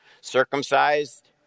Circumcised